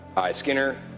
aye, skinner.